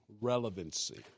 relevancy